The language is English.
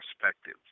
perspective